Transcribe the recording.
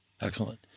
Excellent